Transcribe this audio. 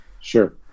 Sure